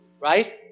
Right